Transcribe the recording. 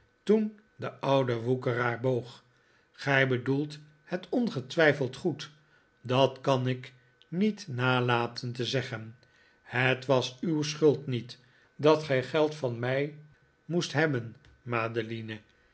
toen de oude woekeraar boog gij bedoelt het ongetwijfeld goed dat kan ik niet nalaten te zeggen het was uw schuld niet dat gij geld van mij moest hebben madeline